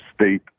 state